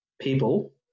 people